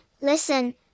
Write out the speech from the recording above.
Listen